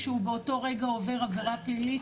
שהוא באותו רגע עובר עבירה פלילית,